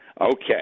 Okay